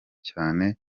cyane